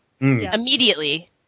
immediately